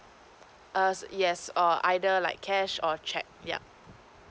err yes err either like cash or cheque yeah